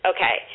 Okay